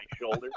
shoulder